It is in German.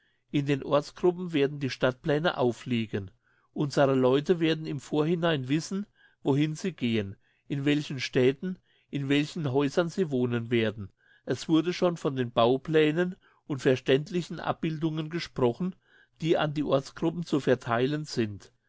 in den ortsgruppen werden die stadtpläne aufliegen unsere leute werden im vorhinein wissen wohin sie gehen in welchen städten in welchen häusern sie wohnen werden es wurde schon von den bauplänen und verständlichen abbildungen gesprochen die an die ortsgruppen zu vertheilen sind